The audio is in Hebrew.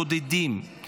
בודדים.